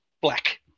black